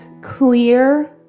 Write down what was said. clear